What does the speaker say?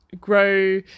grow